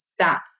stats